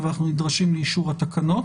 אבל אנחנו נדרשים לאישור התקנות.